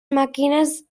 màquines